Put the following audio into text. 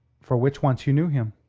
for which once you knew him.